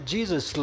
Jesus